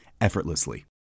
effortlessly